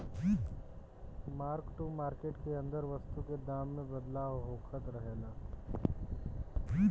mark to market के अंदर वस्तु के दाम में बदलाव होखत रहेला